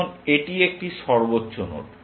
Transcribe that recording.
এখন এটি একটি সর্বোচ্চ নোড